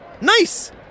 nice